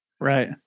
Right